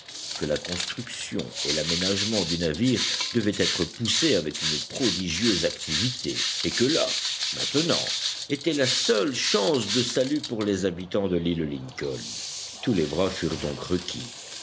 que la construction et l'aménagement du navire devaient être poussés avec une prodigieuse activité et que là maintenant était la seule chance de salut pour les habitants de l'île lincoln tous les bras furent donc requis